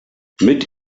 mit